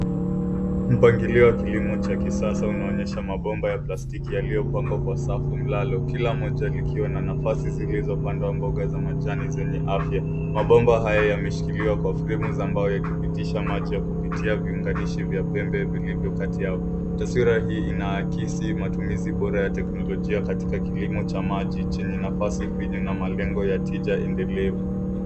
Mpangilio wa kilimo cha kisasa unaonesha mabomba ya plastiki yaliyopangwa kwa safu mlalo, kila moja likiwa na nafasi zilizopandwa mboga za majani zenye afya. Mabomba haya yameshikiliwa kwa fremu za mbao yakipisha maji ya kupitia viunganishi vya pembe vilivyo kati yao. Taswira hii inaakisi matumizi bora ya teknolojia katika kilimo cha maji chenye nafasi finyu na malengo ya tija endelevu.